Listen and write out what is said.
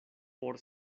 por